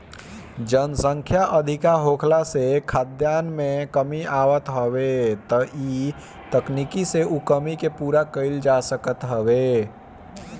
जनसंख्या अधिका होखला से खाद्यान में कमी आवत हवे त इ तकनीकी से उ कमी के पूरा कईल जा सकत हवे